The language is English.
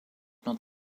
not